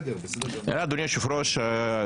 אדוני היושב ראש,